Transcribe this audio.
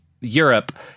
Europe